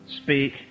speak